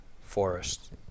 forest